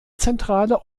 zentrale